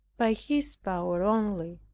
by his power only.